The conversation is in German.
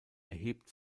erhebt